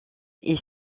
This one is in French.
est